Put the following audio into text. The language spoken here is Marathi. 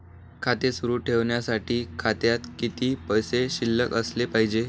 खाते सुरु ठेवण्यासाठी खात्यात किती पैसे शिल्लक असले पाहिजे?